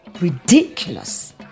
ridiculous